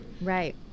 right